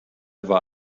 war